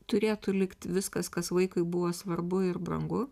turėtų likt viskas kas vaikui buvo svarbu ir brangu